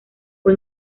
fue